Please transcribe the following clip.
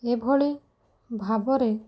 ଏଭଳି ଭାବରେ